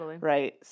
right